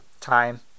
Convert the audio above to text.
time